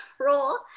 role